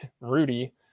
Rudy